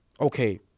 okay